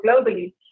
globally